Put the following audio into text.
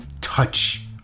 touch